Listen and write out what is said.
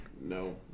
no